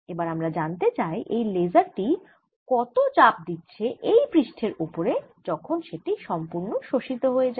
এবার আমরা জানতে চাই এই লেসার টি কত চাপ দিচ্ছে এই পৃষ্ঠের ওপরে যেখানে সেটি সম্পুর্ণ শোষিত হয়ে যায়